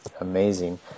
amazing